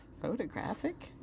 Photographic